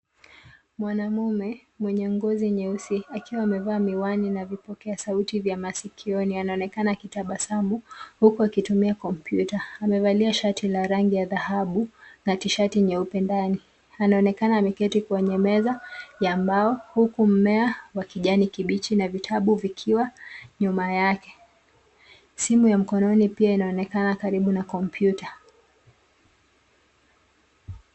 Mwanamume mwenye ngozi nyeusi akiwa amevaa miwani na vipokea sauti vya masikioni anaonekana kitabasamu huku akitumia kompyuta. Amevalia shati la rangi ya dhahabu na tishati nyeupe ndani. Anaonekana ameketi kwenye meza ya mbao huku mmea wa kijani kibichi na vitabu vikiwa nyuma yake. Simu ya mkononi pia inaonekana karibu na kompyuta.